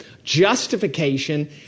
justification